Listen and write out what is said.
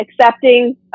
accepting